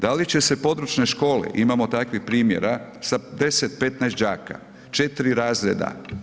Da li će se područne škole, imamo takvih primjera sa 10, 15 đaka, 4 razreda.